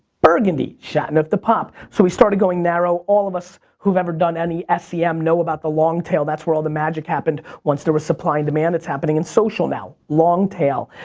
burgundy, chateauneuf du pape. so we started going narrow. all of us who've ever done any sem know about the long tail. that's where all the magic happened once there was supply and demand that's happening in social now, long tail.